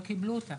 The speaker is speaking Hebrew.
לא קיבלו אותה